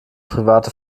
private